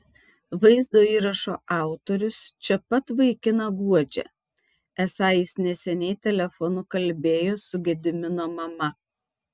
vaizdo įrašo autorius čia pat vaikiną guodžia esą jis neseniai telefonu kalbėjo su gedimino mama